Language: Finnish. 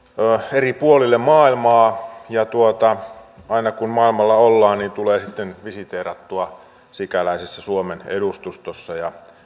eri puolille maailmaa ja aina kun maailmalla ollaan niin tulee sitten visiteerattua sikäläisessä suomen edustustossa